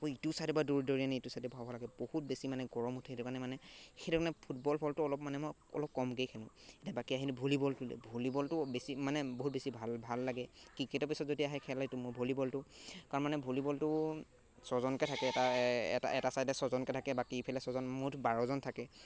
মই ইটো চাইডৰ পা দৌৰি দৌৰি আনি এইটো চাইডে ভৰাব লাগে বহুত বেছি মানে গৰম উঠে সেইটো কাৰণে মানে সেইটো কাৰণে ফুটবল ফলটো অলপ মানে মই অলপ কমকৈ খেলোঁ এতিয়া বাকী আহিলোঁ ভলীবলটো ভলীবলটো বেছি মানে বহুত বেছি ভাল ভাল লাগে ক্ৰিকেটৰ পিছত যদি আহে খেল সেইটো মোৰ ভলীবলটো কাৰণ মানে ভলীবলটো ছয়জনকৈ থাকে এটা এটা ছাইডে ছয়জনকৈ থাকে বাকী ইফালে ছয়জন মুঠ বাৰজন থাকে